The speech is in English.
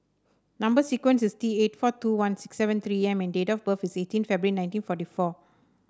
number sequence is T eight four two one six seven three M and date of birth is eighteen February nineteen forty four